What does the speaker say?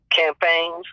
campaigns